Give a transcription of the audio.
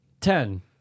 Ten